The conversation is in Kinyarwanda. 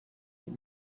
uyu